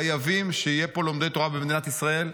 חייבים שיהיו פה לומדי תורה במדינת ישראל.